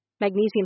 Magnesium